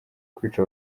kwica